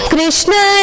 Krishna